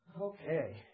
Okay